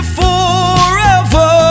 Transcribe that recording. forever